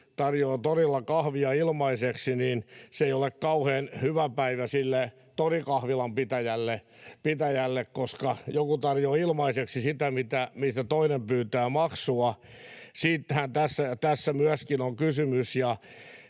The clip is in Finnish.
tarjoamme torilla kahvia ilmaiseksi, se ei ole kauhean hyvä päivä sille torikahvilan pitäjälle, koska joku tarjoaa ilmaiseksi sitä, mistä toinen pyytää maksua. Siitähän tässä myöskin on kysymys.